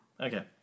Okay